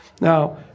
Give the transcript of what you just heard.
Now